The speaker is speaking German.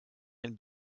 ein